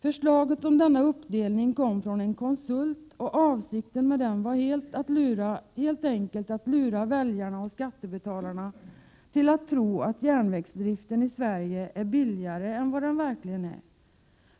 Förslaget om denna uppdelning kom från en konsult, och avsikten med den var helt enkelt att lura väljarna och skattebetalarna till att tro att järnvägsdriften i Sverige är billigare än vad den verkligen är.